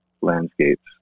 landscapes